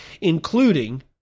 including